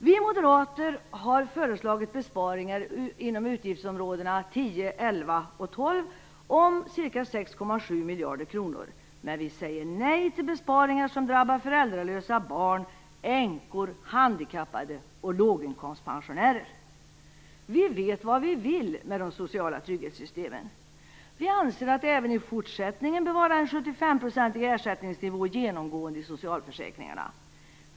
Vi moderater har föreslagit besparingar inom utgiftsområdena 10, 11 och 12 om ca 6,7 miljarder kronor, men vi säger nej till besparingar som drabbar föräldralösa barn, änkor, handikappade och låginkomstpensionärer. Vi moderater vet vad vi vill med de sociala trygghetssystemen. Vi anser att det även i fortsättningen bör vara en 75-procentig ersättningsnivå genomgående i socialförsäkringarna.